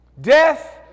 death